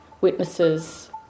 witnesses